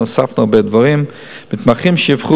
אנחנו הוספנו הרבה דברים: מתמחים שיפנו